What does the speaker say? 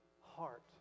heart